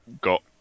got